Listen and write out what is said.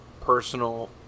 personal